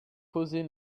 posées